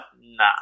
nah